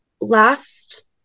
last